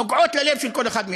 נוגעות ללב של כל אחד מאתנו.